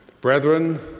Brethren